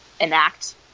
enact